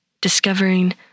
discovering